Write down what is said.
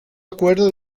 acuerdo